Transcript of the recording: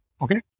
Okay